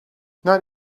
not